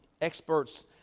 experts